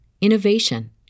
innovation